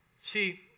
See